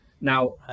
now